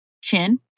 chin